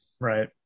Right